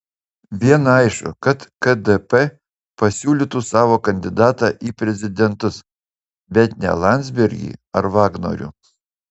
viena aišku kad kdp pasiūlytų savo kandidatą į prezidentus bet ne landsbergį ar vagnorių